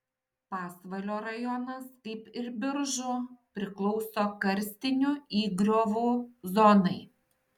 pasvalio rajonas kaip ir biržų priklauso karstinių įgriovų zonai